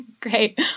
Great